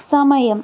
സമയം